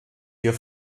hier